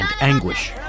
anguish